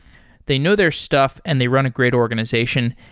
they know their stuff and they run a great organization.